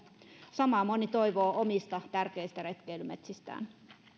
samaa moni toivoo omista tärkeistä retkeilymetsistään